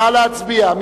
נא להצביע.